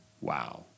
Wow